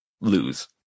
lose